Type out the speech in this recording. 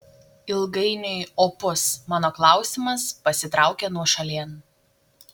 ilgainiui opus mano klausimas pasitraukė nuošalėn